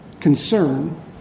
concern